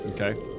Okay